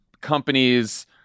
companies